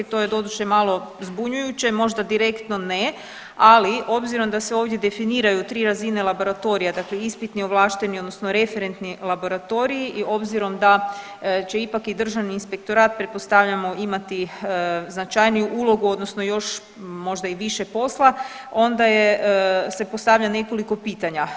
To je doduše malo zbunjujuće, možda direktno ne, ali obzirom da se ovdje definiraju 3 razine laboratorija, dakle ispitni, ovlašteni odnosno referentni laboratoriji i obzirom da će ipak i Državni inspektorat pretpostavljamo imati značajniju ulogu odnosno još možda i više posla, onda se postavlja nekoliko pitanja.